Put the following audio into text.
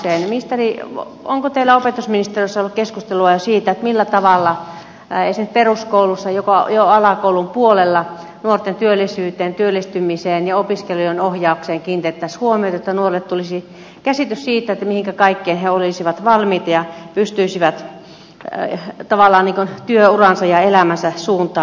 ministeri onko teillä opetusministeriössä ollut keskustelua jo siitä millä tavalla esimerkiksi peruskoulussa jo alakoulun puolella nuorten työllisyyteen työllistymiseen ja opiskelujen ohjaukseen kiinnitettäisiin huomiota että nuorille tulisi käsitys siitä mihinkä kaikkeen he olisivat valmiita ja pystyisivät tavallaan työuransa ja elämänsä suuntaamaan